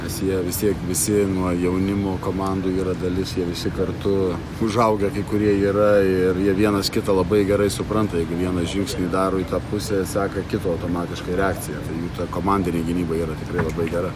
nes jie vistiek visi nuo jaunimo komandoj yra dalis jie visi kartu užaugę kai kurie yra ir jie vienas kitą labai gerai supranta jeigu vienas žingsnį daro į tą pusę seka kito automatiškai reakcija tai ta komandinė gynyba yra tikrai labai gera